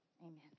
amen